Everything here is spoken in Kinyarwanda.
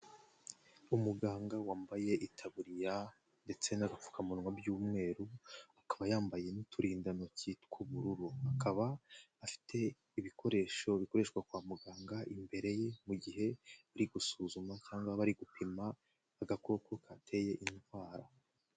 Umuganga wambaye itaburiya ndetse n'apfukamunwa by'umweru, akaba yambaye n'uturindantoki tw'ubururu. Akaba afite ibikoresho bikoreshwa kwa muganga, imbere ye mu gihe bari gusuzuma cyangwa bari gupima agakoko kateye indwara.